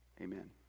amen